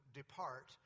depart